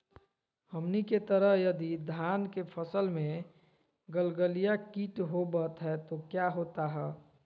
हमनी के तरह यदि धान के फसल में गलगलिया किट होबत है तो क्या होता ह?